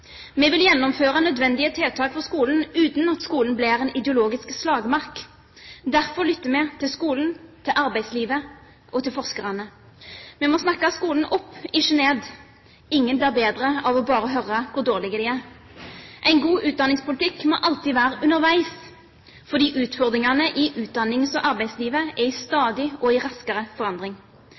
Vi vil gjennomføre nødvendige tiltak for skolen uten at skolen blir en ideologisk slagmark. Derfor lytter vi til skolen, til arbeidslivet og til forskerne. Vi må snakke skolen opp, ikke ned. Ingen blir bedre av bare å høre hvor dårlige de er. En god utdanningspolitikk må alltid være underveis, fordi utfordringene i utdannings- og arbeidslivet er i stadig og raskere forandring.